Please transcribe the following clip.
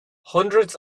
hundreds